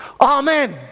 amen